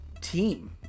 team